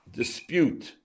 dispute